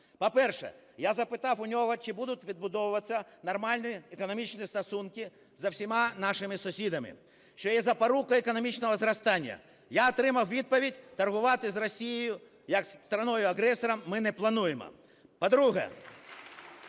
По-перше, я запитав у нього, чи будуть відбудовуватися нормальні економічні стосунки зі всіма нашими сусідами, що є запорукою економічного зростання. Я отримав відповідь: торгувати з Росією як страною-агресором ми не плануємо. По-друге.